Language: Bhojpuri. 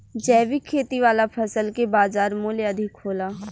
जैविक खेती वाला फसल के बाजार मूल्य अधिक होला